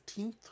15th